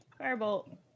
firebolt